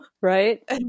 right